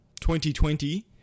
2020